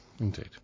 Indeed